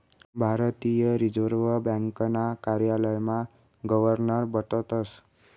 भारतीय रिजर्व ब्यांकना कार्यालयमा गवर्नर बठतस